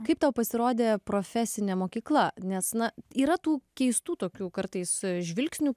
kaip tau pasirodė profesinė mokykla nes na yra tų keistų tokių kartais žvilgsnių